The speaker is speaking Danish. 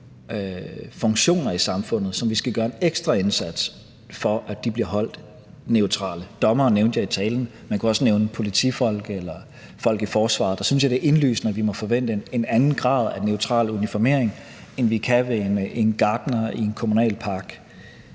funktioner i samfundet, som vi skal gøre en ekstra indsats for at holde neutrale. Dommere nævnte jeg i talen. Man kunne også nævne politifolk eller folk i forsvaret. Der synes jeg det er indlysende, at vi må forvente en anden grad af neutral uniformering, end vi kan med en gartner i en kommunal park.